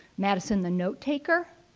madison the notetaker,